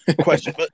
question